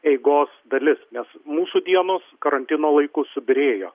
eigos dalis nes mūsų dienos karantino laiku subyrėjo